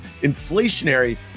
inflationary